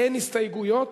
אין הסתייגויות,